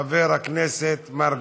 חבר הכנסת מרגי.